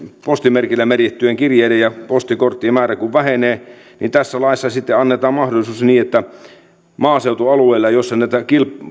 postimerkillä merkittyjen kirjeiden ja postikorttien määrä kun vähenee niin tässä laissa sitten annetaan mahdollisuus siihen että maaseutualueilla missä näitä